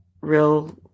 real